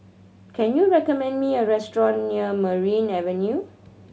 can you recommend me a restaurant near Merryn Avenue